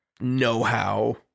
Know-how